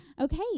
Okay